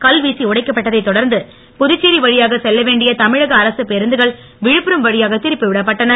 கல்வீசி உடைக்கப்பட்டதைத் தொடர்ந்து புதுச்சேரி வழியாக செல்ல வேண்டிய தமிழக அரசு பேருந்துகள் விழுப்புரம் வழியாக திருப்பிவிடப்பட்டன